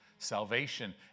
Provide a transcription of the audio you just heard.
salvation